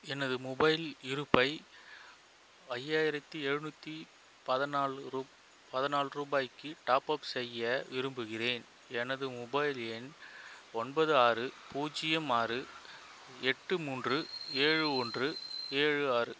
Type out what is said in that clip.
எனது மொபைல் இருப்பை ஐயாயிரத்தி எழுநூற்றி பதினாலு ரூ பதினாலு ரூபாய்க்கு டாப் அப் செய்ய விரும்புகிறேன் எனது மொபைல் எண் ஒன்பது ஆறு பூஜ்ஜியம் ஆறு எட்டு மூன்று ஏழு ஒன்று ஏழு ஆறு